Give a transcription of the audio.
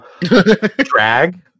drag